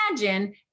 imagine